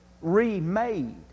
remade